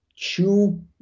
chew